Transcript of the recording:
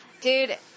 dude